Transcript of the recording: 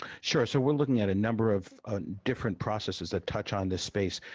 sure, so we're looking at a number of different processes that touch on this space.